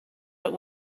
but